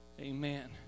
Amen